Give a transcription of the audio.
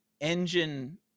engine